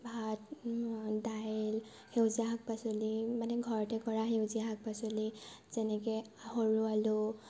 ভাত দাইল সেউজীয়া শাক পাচলি মানে ঘৰতে কৰা সেউজীয়া শাক পাচলি যেনেকৈ সৰু আলু